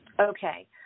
Okay